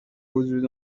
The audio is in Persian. بوجود